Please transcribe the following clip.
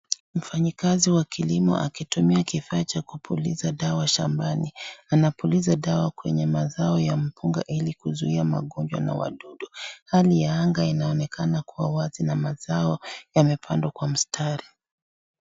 Mfanyikazi wa kilimo akitumia kifaa cha kupuliza dawa shambani anapuliza dawa kwenye mazao ya mpunga ili kuzuia magonjwa na wadudu, hali inaonekana kuwa wazi na mazao yamepandwa kwa mstari.